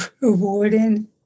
rewarding